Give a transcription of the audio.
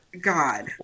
God